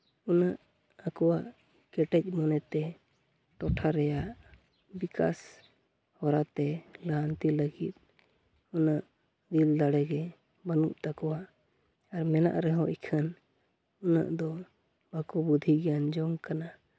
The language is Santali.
ᱩᱱᱟᱹᱜ ᱟᱠᱚᱣᱟᱜ ᱠᱮᱴᱮᱡ ᱢᱚᱱᱮᱛᱮ ᱴᱚᱴᱷᱟ ᱨᱮᱭᱟᱜ ᱵᱤᱠᱟᱥ ᱦᱚᱨᱟᱛᱮ ᱞᱟᱦᱟᱱᱛᱤ ᱞᱟᱹᱜᱤᱫ ᱩᱱᱟᱹᱜ ᱫᱤᱞᱼᱫᱟᱲᱮ ᱜᱮ ᱵᱟᱹᱱᱩᱜ ᱛᱟᱠᱚᱣᱟ ᱟᱨ ᱢᱮᱱᱟᱜ ᱨᱮᱦᱚᱸ ᱤᱠᱷᱟᱹᱱ ᱩᱱᱟᱹᱜ ᱫᱚ ᱵᱟᱠᱚ ᱵᱩᱫᱷᱤ ᱜᱮᱭᱟᱢᱱ ᱡᱚᱝ ᱠᱟᱱᱟ